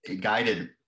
guided